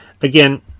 Again